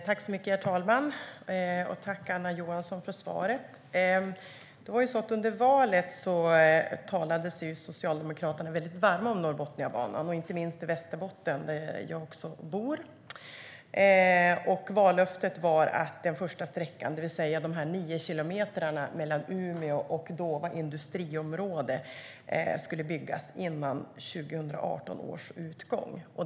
Herr talman! Tack, Anna Johansson, för svaret! Under valrörelsen talade sig Socialdemokraterna väldigt varma för Norrbotniabanan, inte minst i Västerbotten, där jag bor. Vallöftet var att den första sträckan, 9 kilometer mellan Umeå och Dåva industriområde, skulle byggas före 2018 års utgång.